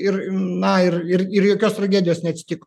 ir na ir ir ir jokios tragedijos neatsitiko